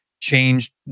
changed